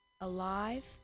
Alive